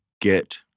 get